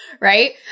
right